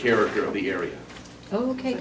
character of the area ok